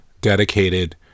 dedicated